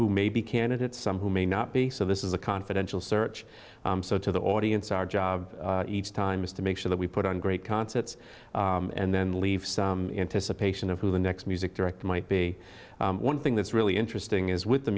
who may be candidates some who may not be so this is a confidential search so to the audience our job each time is to make sure that we put on great concerts and then leave some anticipation of who the next music director might be one thing that's really interesting is with the